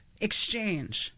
exchange